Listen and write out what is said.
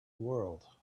world